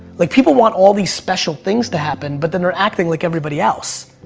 like people want all these special things to happen but then they're acting like everybody else.